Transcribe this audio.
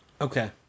Okay